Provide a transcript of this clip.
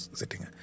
sitting